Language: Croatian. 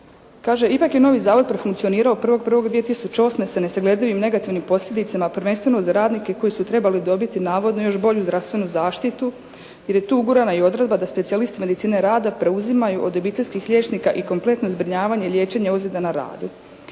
Kaže: “Ipak je novi Zavod profunkcionirao 1.1.2008. sa nesagledivim negativnim posljedicama prvenstveno za radnike koji su trebali dobiti navodno još bolju zdravstvenu zaštitu, jer je tu ugurana i odredba da specijalist medicine rada preuzimaju od obiteljskih liječnika i kompletno zbrinjavanje liječenja ozljeda na radu.